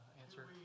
answer